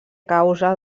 causa